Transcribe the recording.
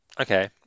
Okay